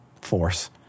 force